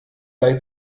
sei